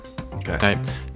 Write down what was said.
Okay